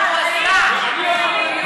לקידום מעמד האישה.